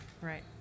Right